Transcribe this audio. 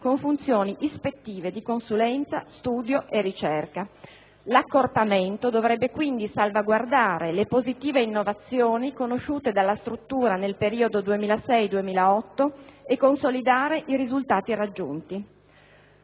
con funzioni ispettive, di consulenza, studio e ricerca. L'accorpamento dovrebbe quindi salvaguardare le positive innovazioni conosciute dalla struttura nel periodo 2006-2008 e consolidare i risultati raggiunti.